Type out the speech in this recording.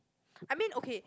I mean okay